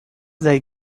they